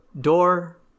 door